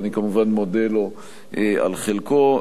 ואני כמובן מודה לו על חלקו.